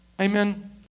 Amen